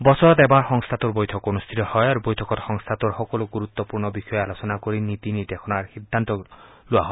বছৰত এবাৰ সংস্থাটোৰ বৈঠক অনুষ্ঠিত হয় আৰু বৈঠকত সংস্থাটোৰ সকলো গুৰুত্বপূৰ্ণ বিষয়ে আলোচনা কৰি নীতি নিৰ্দেশনাৰ সিদ্ধান্ত লোৱা হয়